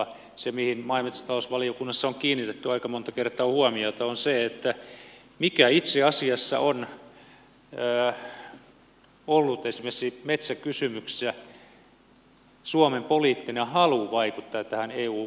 se mihin maa ja metsätalousvaliokunnassa on kiinnitetty aika monta kertaa huomiota on se mikä itse asiassa on ollut esimerkiksi metsäkysymyksissä suomen poliittinen halu vaikuttaa tähän eu päätöksentekoon